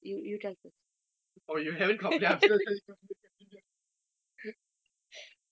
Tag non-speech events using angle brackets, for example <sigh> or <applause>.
<laughs>